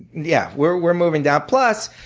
yeah. we're we're moving down. plus,